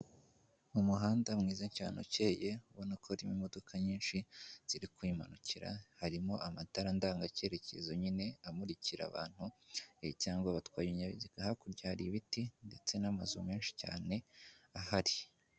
Mu muhanda mwiza cyane ukeye ubona ko harimo imodoka nyinshi ziri kwimanukira, harimo amatara ndanga cyerekezo nyine amurikira abantu cyangwa batwara ibinyabiziga, hakurya hari ibiti ndetse n'amazu menshi cyane ahari.